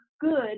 good